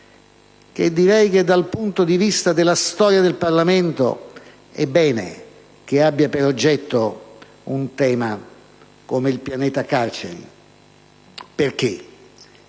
62 direi che dal punto di vista della storia del Parlamento è bene che il dibattito abbia per oggetto un tema come il pianeta carceri. Oggi,